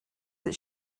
that